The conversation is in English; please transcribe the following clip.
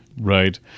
Right